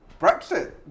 Brexit